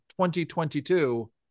2022